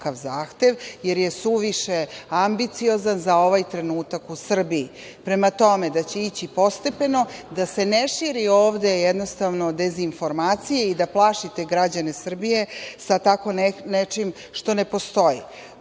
jer je suviše ambiciozan za ovaj trenutak u Srbiji. Prema tome, da će ići postepeno, da se ne širi ovde jednostavno dezinformacija i da plašite građane Srbije sa tako nečim što ne postoji. Drugo,